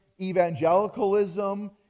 Evangelicalism